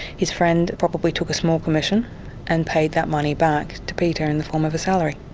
his friend probably took a small commission and paid that money back to peter in the form of a salary.